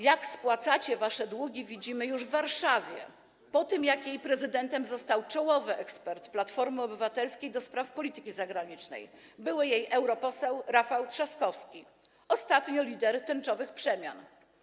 Jak spłacacie wasze długi, widzimy już w Warszawie, po tym jak jej prezydentem został czołowy ekspert Platformy Obywatelskiej do spraw polityki zagranicznej, jej były europoseł Rafał Trzaskowski, ostatnio lider tęczowych przemian.